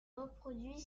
reproduit